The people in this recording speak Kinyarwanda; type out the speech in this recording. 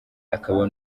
akaba